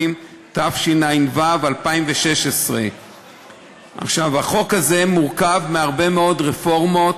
התשע"ו 2016. החוק הזה מורכב מהרבה מאוד רפורמות,